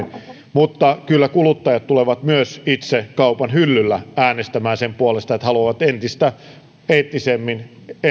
mutta kyllä kuluttajat tulevat myös itse kaupan hyllyllä äänestämään sen puolesta että haluavat entistä eettisemmin